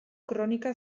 kronika